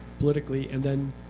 politically and then